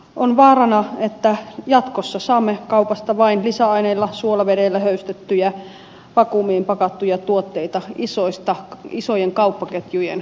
on vaarana että jatkossa saamme kaupasta vain lisäaineilla suolavedellä höystettyjä vakuumiin pakattuja tuotteita isojen kauppaketjujen ostoshelveteistä